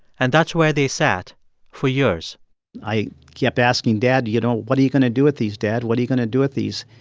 and that's where they sat for years i kept asking, dad, you know, what are you going to do with these, dad? what are you going to do with these?